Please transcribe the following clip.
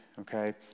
okay